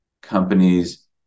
companies